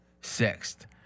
Sixth